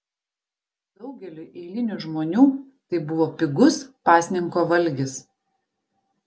daugeliui eilinių žmonių tai buvo pigus pasninko valgis